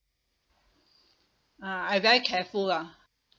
ah I very careful lah